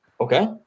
Okay